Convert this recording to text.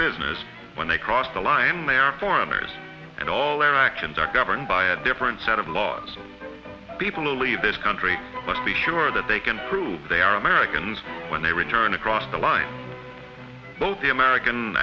business when they cross the line they are foreigners and all their actions are governed by a different set of laws people leave this country to be sure that they can prove they are americans when they return across the line both the american